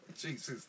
Jesus